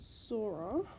Sora